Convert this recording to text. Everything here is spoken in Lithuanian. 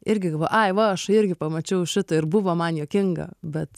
irgi va ai va aš irgi pamačiau šitą ir buvo man juokinga bet